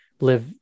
live